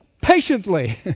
patiently